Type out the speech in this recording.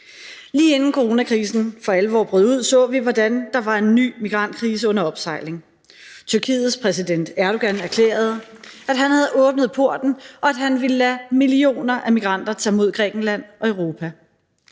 Lige inden coronakrisen for alvor brød ud, så vi, hvordan der var en ny migrantkrise under opsejling. Tyrkiets præsident Erdogan erklærede, at han havde åbnet porten, og at han ville lade millioner af migranter tage mod Grækenland og Europa.